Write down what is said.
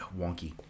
wonky